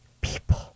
People